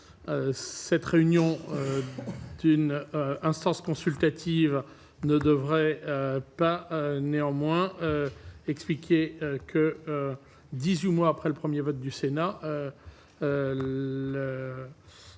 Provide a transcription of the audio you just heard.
cette réunion d'une instance consultative ne devrait pas néanmoins expliqué que 18 mois après le 1er vote du Sénat,